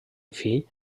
fill